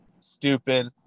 stupid